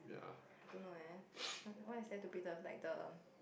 I don't know eh what's what is there to preserve like the